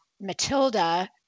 Matilda